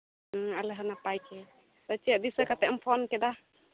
ᱦᱩᱸ ᱟᱞᱮ ᱦᱚᱸ ᱱᱟᱯᱟᱭ ᱜᱮ ᱪᱮᱫ ᱫᱤᱥᱟᱹ ᱠᱟᱛᱮᱢ ᱯᱷᱳᱱ ᱠᱮᱫᱟ